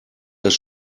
das